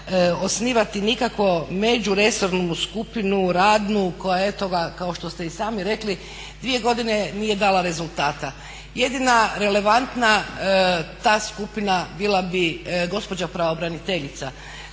osnivati nikakvu među resornu skupinu radnu koja eto ga kao što ste i sami rekli dvije godine nije dala rezultata. Jedina relevantna ta skupina bila bi gospođa pravobraniteljica